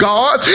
God